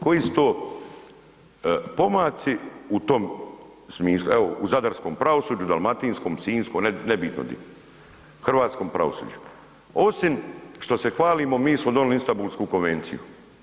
Koji su to pomaci u tom smislu, evo u zadarskom pravosuđu, dalmatinskom, sinjskom nebitno di, hrvatskom pravosuđu osim što se hvalimo mi smo donijeli Istambulsku konvenciju.